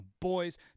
boys